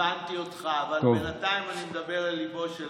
הבנתי אותך, אבל בינתיים אני מדבר אל ליבו של